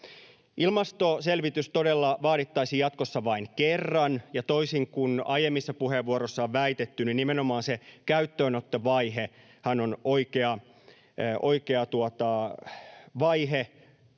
Ilmastoselvitys todella vaadittaisiin jatkossa vain kerran, ja toisin kuin aiemmissa puheenvuoroissa on väitetty, nimenomaan se käyttöönottovaihehan on oikea vaihe